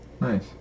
nice